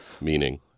meaning